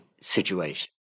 situation